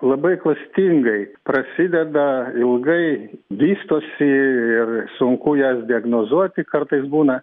labai klastingai prasideda ilgai vystosi ir sunku jas diagnozuoti kartais būna